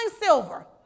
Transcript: silver